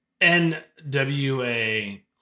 NWA